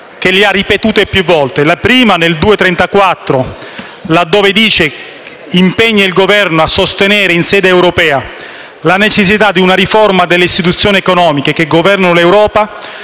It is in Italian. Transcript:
che ha ripetuto più volte. L'emendamento 2.34 propone di impegnare il Governo «a sostenere in sede europea la necessità di una riforma delle istituzioni economiche che governano l'Europa